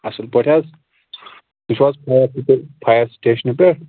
اَصٕل پٲٹھۍ حظ تُہۍ چھُو حظ فایَر سِٹیشنہٕ پٮ۪ٹھ